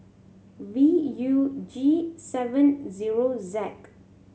V U G seven zero Z